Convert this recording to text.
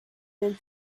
del